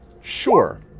Sure